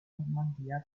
normandia